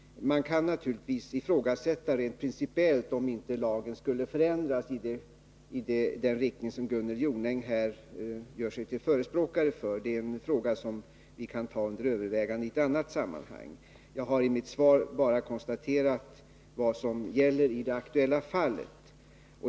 Man kan naturligtvis rent principiellt ifrågasätta om inte lagen borde ändras i den riktning som Gunnel Jonäng här gör sig till förespråkare för — det är en fråga som vi kan ta under övervägande i ett annat sammanhang. Jag har i svaret bara konstaterat vad som gäller i det aktuella fallet.